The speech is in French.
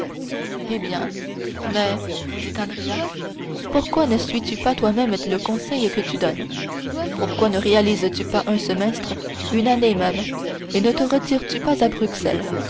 eh bien mais dit andrea pourquoi ne suis tu pas toi-même le conseil que tu donnes pourquoi ne réalises tu pas un semestre une année même et ne te retires tu pas à bruxelles